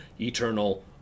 Eternal